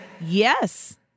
Yes